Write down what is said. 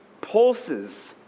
pulses